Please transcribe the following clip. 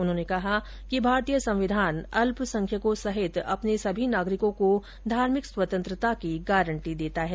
उन्होंने कहा कि भारतीय संविधान अल्पसंख्यकों सहित अपने सभी नागरिकों को धार्मिक स्वतंत्रता की गांरटी देता है